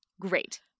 great